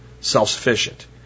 self-sufficient